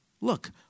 look